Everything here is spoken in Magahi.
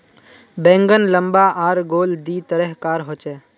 बैंगन लम्बा आर गोल दी तरह कार होचे